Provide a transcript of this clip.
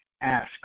Ask